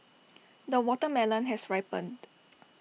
the watermelon has ripened